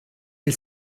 del